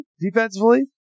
defensively